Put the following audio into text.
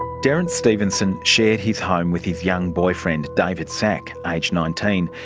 derrance stevenson shared his home with his young boyfriend david szach, age nineteen.